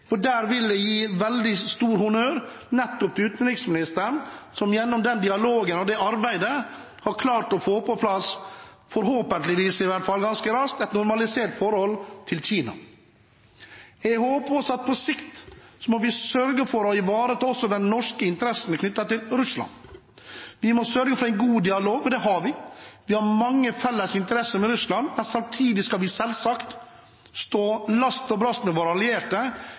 gi en veldig stor honnør nettopp til utenriksministeren, som gjennom dialog og arbeid har klart å få på plass – i hvert fall ganske raskt, forhåpentligvis – et normalisert forhold til Kina. Jeg håper også at vi på sikt sørger for å ivareta de norske interessene knyttet til Russland. Vi må sørge for en god dialog – og det har vi. Vi har mange felles interesser med Russland, men samtidig skal vi selvsagt stå last og brast med våre allierte,